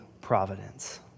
providence